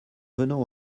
venons